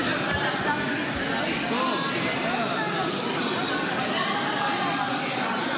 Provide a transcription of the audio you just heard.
--- אני רוצה להצבעה,